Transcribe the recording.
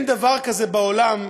אין דבר כזה בעולם,